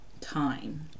time